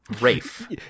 Rafe